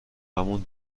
مون